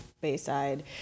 Bayside